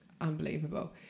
unbelievable